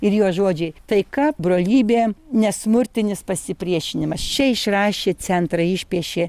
ir jo žodžiai taika brolybė nesmurtinis pasipriešinimas čia išrašė centrą išpiešė